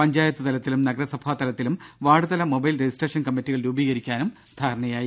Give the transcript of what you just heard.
പഞ്ചായത്ത് തലത്തിലും നഗരസഭാ തലത്തിലും വാർഡ് തല മൊബൈൽ രജിസ്ട്രേഷൻ കമ്മിറ്റികൾ രൂപീകരിക്കാനും ധാരണയായി